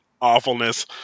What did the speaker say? awfulness